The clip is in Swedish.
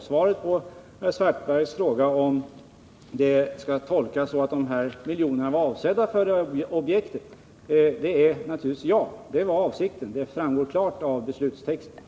Svaret på herr Svartbergs fråga om det hela skall tolkas så att de aktuella miljonerna var avsedda för det här objektet är naturligtvis ja, och det framgår klart av beslutstexten.